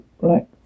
black